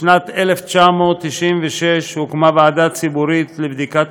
בשנת 1996 הוקמה ועדה ציבורית לבדיקת